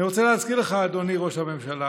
אני רוצה להזכיר לך, אדוני ראש הממשלה,